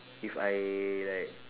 if I like